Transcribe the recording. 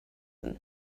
them